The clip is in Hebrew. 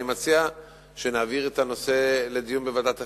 אני מציע שנעביר את הנושא לדיון בוועדת החינוך.